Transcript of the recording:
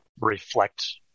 reflect